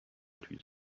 توی